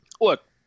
look